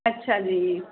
ਅੱਛਾ ਜੀ